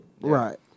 Right